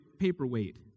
paperweight